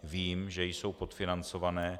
Vím, že jsou podfinancované.